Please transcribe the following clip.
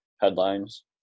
headlines